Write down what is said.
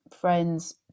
friends